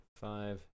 Five